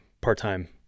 part-time